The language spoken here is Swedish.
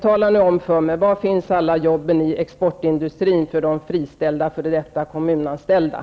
Tala nu om för mig: